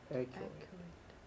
accurate